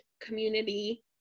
community